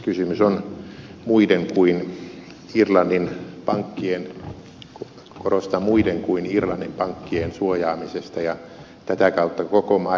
kysymys on muiden kuin irlannin pankkien korostan muiden kuin irlannin pankkien suojaamisesta ja tätä kautta koko maailman rahoitusjärjestelmän suojaamisesta